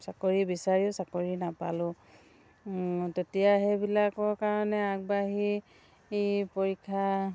চাকৰি বিচাৰিও চাকৰি নাপালোঁ তেতিয়া সেইবিলাকৰ কাৰণে আগবাঢ়ি পৰীক্ষা